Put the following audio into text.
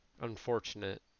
unfortunate